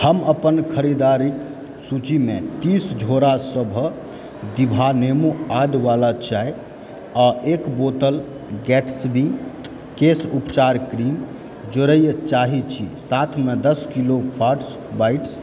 हम अपन खरीदारीक सूचीमे तीस झोड़ा सभक दिभा नेमो आदवाला चाय आ एक बोतल गेट्सबी केश उपचार क्रीम जोड़य लय चाहैत छी साथमे दश किलो फोर्ट्स बाइट्स